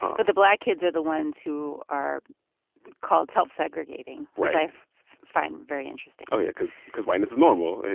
but the black kids are the ones who are called self-segregating, which i find very interesting oh, yeah. because because whiteness is normal.